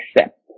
accept